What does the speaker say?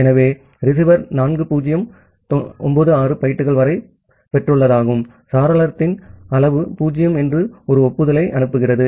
ஆகவே ரிசீவர் 4096 பைட்டுகள் வரை பெற்றுள்ளதாகவும் சாளரத்தின் அளவு 0 என்றும் ஒரு ஒப்புதலை அனுப்புகிறது